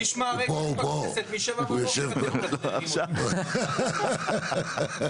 יש פה צורך להקים ועדת משנה שתתכלל את כל המשרדים האלה,